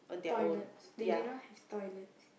toilets they did not have toilets